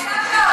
לא,